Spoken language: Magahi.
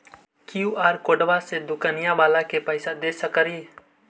कियु.आर कोडबा से दुकनिया बाला के पैसा दे सक्रिय?